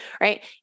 right